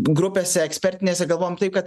grupėse ekspertinėse galvojam taip kad